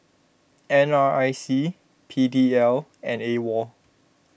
N R I C P D L and Awol